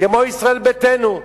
כמו ישראל ביתנו.